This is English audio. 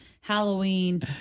Halloween